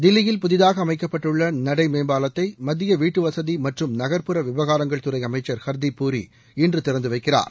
தில்லியில் புதிதாக அமைக்கப்பட்டுள்ள நடை மேம்பாலத்தை மத்திய வீட்டுவசதி மற்றம் நகர்ப்புற விவகாரங்கள் துறை அமைச்சர் ஹர்தீப் பூரி இன்று திறந்து வைக்கிறார்